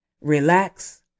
relax